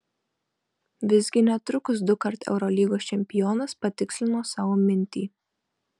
visgi netrukus dukart eurolygos čempionas patikslino savo mintį